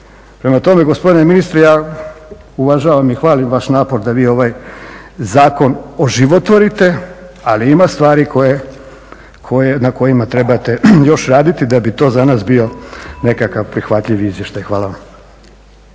Prema tome, gospodine ministre ja uvažavam i hvalim vaš napor da vi ovaj zakon oživotvorite, ali ima stvari na kojima trebate još raditi da bi to za nas bio nekakav prihvatljiv izvještaj. Hvala vam.